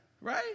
Right